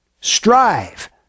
Strive